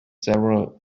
several